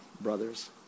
brothers